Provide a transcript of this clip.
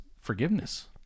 forgiveness